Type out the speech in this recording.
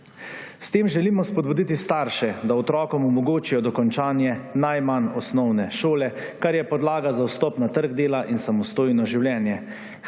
S tem želimo spodbuditi starše, da otrokom omogočijo dokončanje najmanj osnovne šole, kar je podlaga za vstop na trg dela in samostojno življenje.